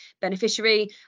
beneficiary